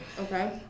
Okay